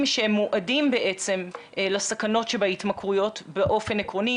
שהם מועדים לסכנות שבהתמכרויות באופן עקרוני,